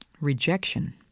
Rejection